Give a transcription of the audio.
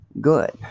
good